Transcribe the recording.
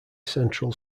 central